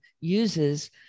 uses